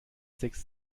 sechs